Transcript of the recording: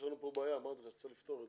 יש לנו פה בעיה, צריך לפתור אותה.